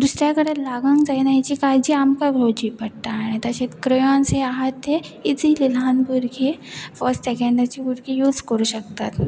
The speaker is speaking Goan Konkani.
दुसऱ्या कडेन लागक जायना हेची काळजी आमकां घेवची पडटा आनी तशेंच क्रेयन्स हे आसात ते इजिली ल्हान भुरगी फस्ट सेकेंडाची भुरगीं यूज करूं शकतात